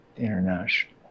international